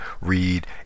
read